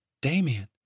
Damien